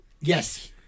Yes